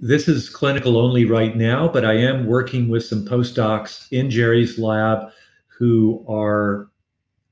this is clinical only right now, but i am working with some post-docs in jerry's lab who are